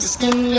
Skin